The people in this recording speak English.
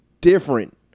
different